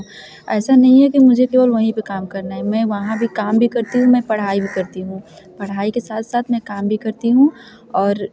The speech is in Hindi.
ऐसा नहीं है कि मुझे केवल वही पर काम करना है मैं वहाँ पर काम भी करती हूँ मैं पढ़ाई भी करती हूँ पढ़ाई के साथ साथ मैं काम भी करती हूँ और